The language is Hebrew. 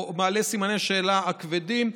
או מעלה סימני שאלה כבדים,